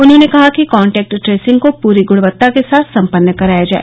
उन्होंने कहा कि कॉन्टैक्ट ट्रेसिंग को पूरी गृणक्ता के साथ सम्पन्न कराया जाय